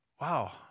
Wow